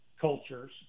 cultures